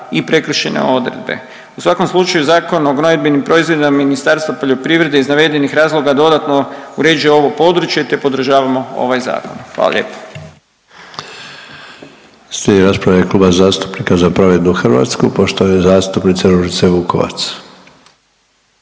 i prekršajne odredbe. U svakom slučaju Zakon o gnojidbenim proizvodima Ministarstva poljoprivrede iz navedenih razloga dodatno uređuje ovo područje, te podržavamo ovaj zakon. Hvala lijepo.